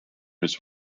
his